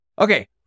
Okay